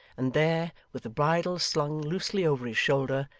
and there, with the bridle slung loosely over his shoulder,